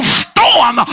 storm